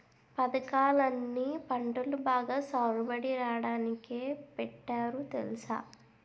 పదకాలన్నీ పంటలు బాగా సాగుబడి రాడానికే పెట్టారు తెలుసా?